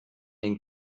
den